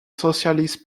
socialist